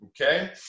Okay